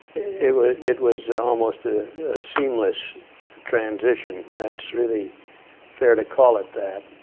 it was it was almost a seamless transition. that's really fair, to call it that.